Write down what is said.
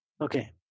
Okay